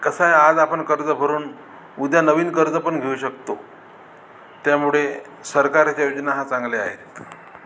कसं आहे आज आपण कर्ज भरून उद्या नवीन कर्ज पण घेऊ शकतो त्यामुळे सरकार ह्याच्या योजना ह्या चांगल्या आहेत